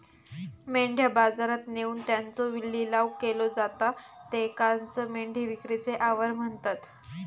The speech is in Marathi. मेंढ्या बाजारात नेऊन त्यांचो लिलाव केलो जाता त्येकाचं मेंढी विक्रीचे आवार म्हणतत